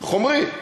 חומרי.